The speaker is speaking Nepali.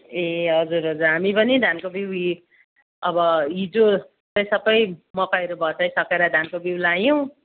ए हजुर हजुर हामी पनि धानको बिउ इ अब हिजो सबै मकैहरू भँच्चाइ सकेर धानको बिउ लायौँ